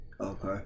Okay